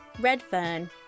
Redfern